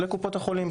החולים,